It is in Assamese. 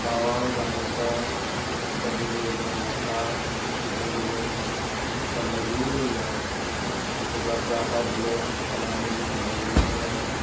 টাৱাল গামোচা ইত্যাদি লৈ যাওঁ জোতা পিন্ধি গ'লে মই চেণ্ডেলযোৰো লৈ যাওঁ ক'ৰবাত গা পা ধুলে সলাই মেলি পিন্ধিবলৈকে লাগে মোক